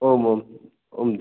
आम् आम् आम्